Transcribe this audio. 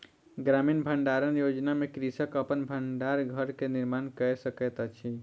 ग्रामीण भण्डारण योजना में कृषक अपन भण्डार घर के निर्माण कय सकैत अछि